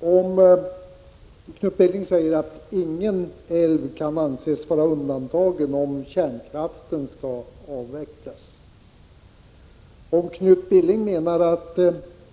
Herr talman! Knut Billing säger att ingen älv kan anses vara undantagen om kärnkraften skall avvecklas. Om Knut Billing menar att